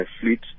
fleet